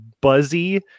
buzzy